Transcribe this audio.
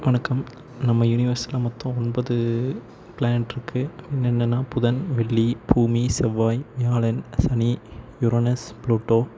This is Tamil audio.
வணக்கம் நம்ம யுனிவர்ஸ்ல மொத்தம் ஒன்பது ப்ளான்டிருக்கு என்னென்னன்னா புதன் வெள்ளி பூமி செவ்வாய் வியாழன் சனி யுரோனஸ் ப்ளுட்டோ